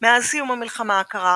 מאז סיום המלחמה הקרה,